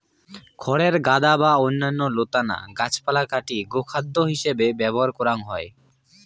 খড়ের গাদা বা অইন্যান্য লতানা গাছপালা কাটি গোখাদ্য হিছেবে ব্যবহার করাং হই